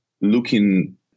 looking